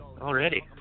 Already